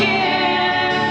and